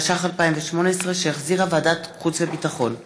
התשע"ח 2018, שהחזירה ועדת החוץ והביטחון,